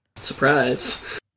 Surprise